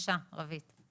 בבקשה רווית.